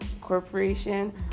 Corporation